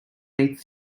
meat